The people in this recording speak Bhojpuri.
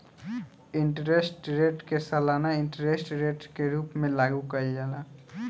इंटरेस्ट रेट के सालाना इंटरेस्ट रेट के रूप में लागू कईल जाला